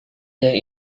yang